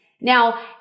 Now